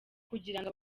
kugirango